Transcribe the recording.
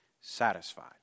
satisfied